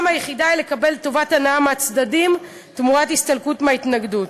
היחידה היא לקבל טובת הנאה מהצדדים תמורת הסתלקות מההתנגדות.